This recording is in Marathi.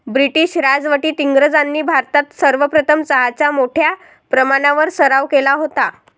ब्रिटीश राजवटीत इंग्रजांनी भारतात सर्वप्रथम चहाचा मोठ्या प्रमाणावर सराव केला होता